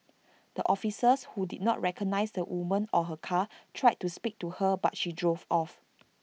the officers who did not recognise the woman or her car tried to speak to her but she drove off